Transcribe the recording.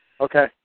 Okay